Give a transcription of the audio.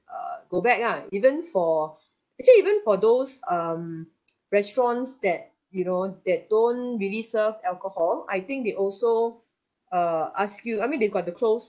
uh go back ah even for actually even for those um restaurants that you know that don't really serve alcohol I think they also err ask you I mean they've got to close